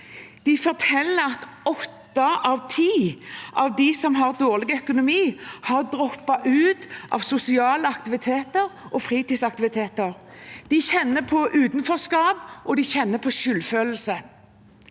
De forteller at åtte av ti av dem som har dårlig økonomi, har droppet ut av sosiale aktiviteter og fritidsaktiviteter, de kjenner på utenforskap, og de